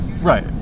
Right